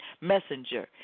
messenger